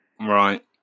Right